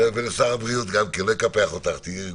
לשר הבריאות גם כן, לא יקפח אותך, תהיי רגועה.